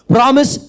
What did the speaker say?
Promise